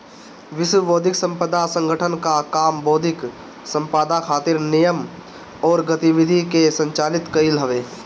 विश्व बौद्धिक संपदा संगठन कअ काम बौद्धिक संपदा खातिर नियम अउरी गतिविधि के संचालित कईल हवे